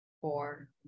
four